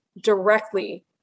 directly